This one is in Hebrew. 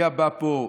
הוא היה בא לפה,